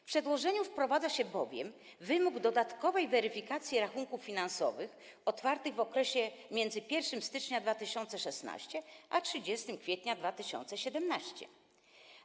W przedłożeniu wprowadza się bowiem wymóg dodatkowej weryfikacji rachunków finansowych otwartych w okresie między 1 stycznia 2016 r. a 30 kwietnia 2017 r.